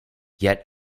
yet